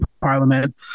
parliament